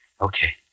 Okay